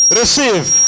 receive